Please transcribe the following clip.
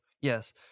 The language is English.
Yes